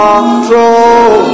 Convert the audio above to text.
Control